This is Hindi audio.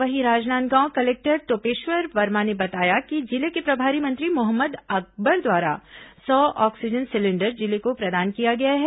वहीं राजनांदगांव कलेक्टर टोपेश्वर वर्मा ने बताया कि जिले के प्रभारी मंत्री मोहम्मद अकबर द्वारा सौ ऑक्सीजन सिलेंडर जिले को प्रदान किया गया है